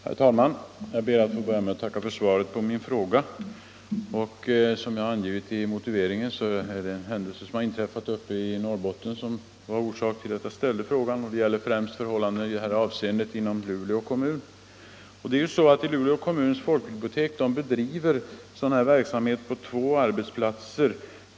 Herr talman! Jag ber att få börja med att tacka för svaret på min fråga. Som jag angivit i motiveringen var det en händelse som inträffade i Norrbotten som var orsak till att jag ställde frågan. Det gäller främst förhållandena inom Luleå kommun. Luleå kommuns folkbibliotek bedriver bokutlåningsverksamhet på två arbetsplatser.